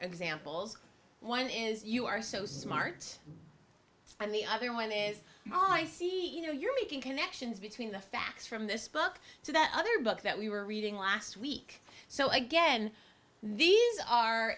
examples one is you are so smart and the other one is oh i see you know you're making connections between the facts from this book to that other book that we were reading last week so again these are